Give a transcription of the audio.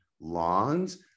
lawns